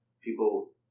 people